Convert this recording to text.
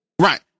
Right